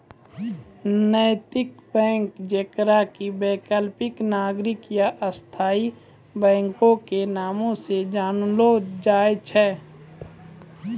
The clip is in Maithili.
नैतिक बैंक जेकरा कि वैकल्पिक, नागरिक या स्थायी बैंको के नामो से जानलो जाय छै